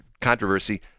controversy